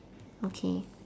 okay